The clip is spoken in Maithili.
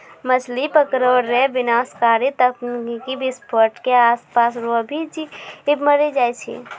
मछली पकड़ै रो विनाशकारी तकनीकी विसफोट से आसपास रो भी जीब मरी जाय छै